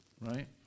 right